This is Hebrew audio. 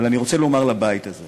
אבל אני רוצה לומר לבית הזה